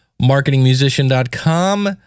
marketingmusician.com